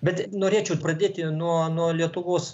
bet norėčiau pradėti nuo nuo lietuvos